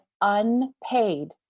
unpaid